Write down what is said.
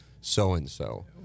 so-and-so